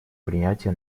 принятия